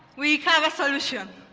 we have a solution.